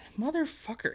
Motherfucker